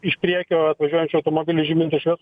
iš priekio atvažiuojančio automobilio žibintų švies